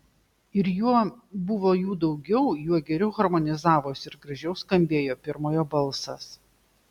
ir juo buvo jų daugiau juo geriau harmonizavosi ir gražiau skambėjo pirmojo balsas